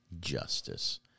Justice